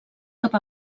cap